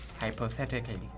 Hypothetically